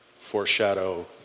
foreshadow